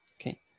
Okay